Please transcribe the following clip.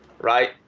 right